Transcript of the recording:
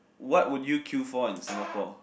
what would you queue for in Singapore